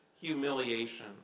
humiliation